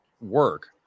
work